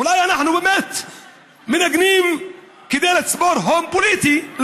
אולי אנחנו באמת מנגנים כדי לצבור הון פוליטי?